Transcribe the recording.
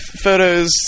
photos